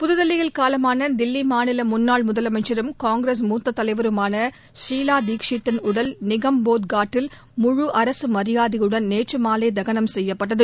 புதுதில்லியில் காலமான தில்லி மாநில முன்னாள் முதலமைச்சரும் காங்கிரஸ் மூத்த தலைவருமான ஷீலா தீட்ஷீத் தின் உடல் நிகம்போத் காட்டில் முழு அரசு மரியாதையுடன் நேற்று மாலை தகனம் செய்யப்பட்டது